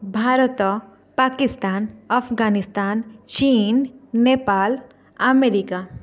Bharat Pakistan Afghanistan China Nepal America